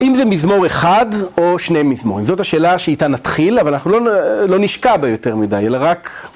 אם זה מזמור אחד או שני מזמורים, זאת השאלה שאיתה נתחיל, אבל אנחנו לא נשקע בה יותר מדי, אלא רק...